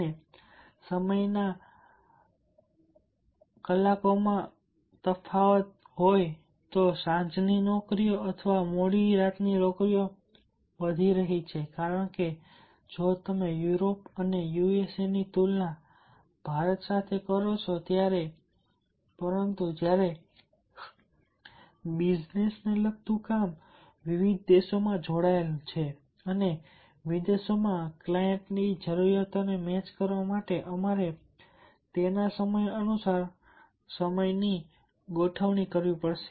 અને સમય ઝોનમાં તફાવતને કારણે પણ સાંજની નોકરીઓ અથવા મોડી રાતની નોકરીઓ વધી રહી છે કારણ કે જો તમે યુરોપ અને યુએસએ ની તુલના ભારત સાથે કરો છો ત્યારે પરંતુ જ્યારે બિઝનેસ વિવિધ દેશોમાં જોડાયેલો છે અને વિદેશી દેશોમાં ક્લાયન્ટની જરૂરિયાતોને મેચ કરવા માટે અમારે તેમના સમય અનુસાર ગોઠવણ કરવી પડશે